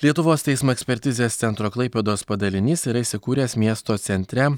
lietuvos teismo ekspertizės centro klaipėdos padalinys yra įsikūręs miesto centre